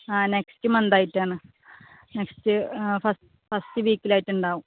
ആ next month ആയിട്ടാണ് next first first വീക്കിലായിട്ടുണ്ടാവും